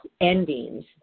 endings